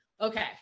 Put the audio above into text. Okay